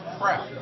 crap